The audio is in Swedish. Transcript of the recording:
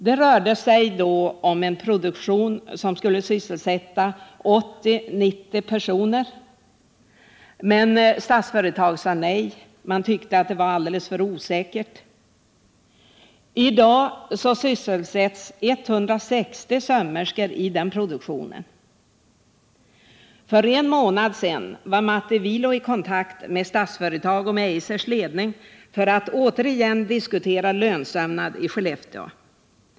Det rörde sig om en produktion som skulle sysselsätta 80-90 personer. Men Statsföretag sade nej. Man tyckte att det var alldeles för osäkert. I dag sysselsätts 160 sömmerskor i den produktionen. För en månad sedan var Matti Viio i kontakt med Statsföretag och Eisers ledning för att återigen diskutera lönsömnad i Skellefteå.